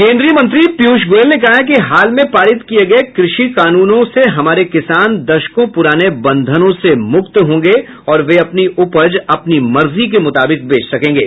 केन्द्रीय मंत्री पीयूष गोयल ने कहा है कि हाल में पारित किए गए कृषि कानूनों से हमारे किसान दशकों प्राने बंधनों से मुक्त होंगे और वे अपनी उपज अपनी मर्जी के मुताबिक बेच सकेंगे